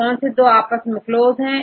कौन से दो आपस में पास है